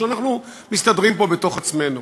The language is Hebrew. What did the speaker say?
שאנחנו מסתדרים פה בתוך עצמנו,